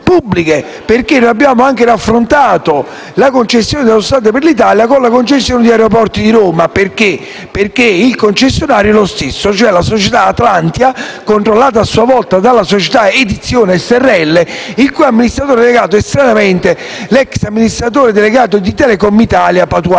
pubbliche. Abbiamo raffrontato la concessione di Autostrade per l'Italia con la concessione di Aeroporti di Roma, essendo il concessionario lo stesso, e cioè la società Atlantia, controllata a sua volta dalla società Edizione srl, il cui amministratore delegato è "stranamente" l'ex amministratore delegato di Telecom Italia Patuano,